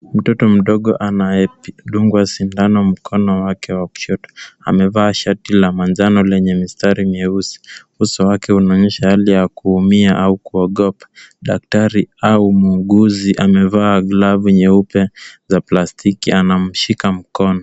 Mtoto mdogo anyedungwa sindano mkono wake wa kushoto. Amevaa shati la manjano lenye mistari mieusi. Uso wake unaonyesha hali ya kuumia au kuogopa. Daktari au muuguzi amevaa glavu nyeupe za plastiki anamshika mkono.